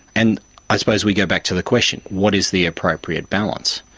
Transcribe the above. and i suppose we go back to the question, what is the appropriate balance?